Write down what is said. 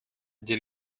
die